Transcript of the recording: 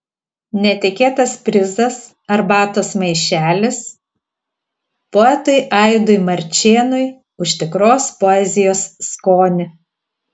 netikėtas prizas arbatos maišelis poetui aidui marčėnui už tikros poezijos skonį